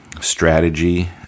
strategy